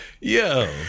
Yo